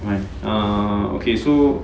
and err okay so